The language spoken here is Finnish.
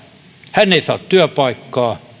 hän ei saa työpaikkaa